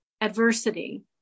adversity